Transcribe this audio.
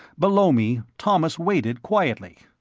below me thomas waited quietly.